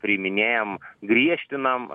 priiminėjam griežtinam a